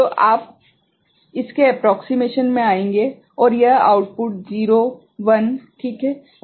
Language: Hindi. तो आप इस के एप्रोक्सीमेशन में आएँगे और यह आउटपुट 0s 1s ठीक है